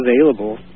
available